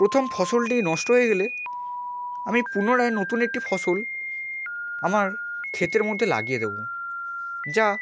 প্রথম ফসলটি নষ্ট হয়ে গেলে আমি পুনরায় নতুন একটি ফসল আমার ক্ষেতের মধ্যে লাগিয়ে দেবো যা